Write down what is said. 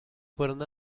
fueron